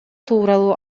тууралуу